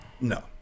No